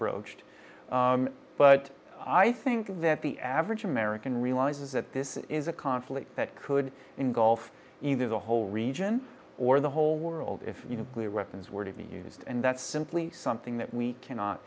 broached but i think the the average american realizes that this is a conflict that could engulf either the whole region or the whole world if you no clear weapons were to be used and that's simply something that we cannot